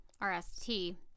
R-S-T